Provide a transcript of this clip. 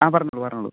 ആ പറഞ്ഞോളൂ പറഞ്ഞോളൂ